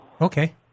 Okay